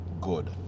good